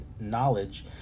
knowledge